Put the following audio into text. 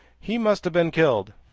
he must have been killed.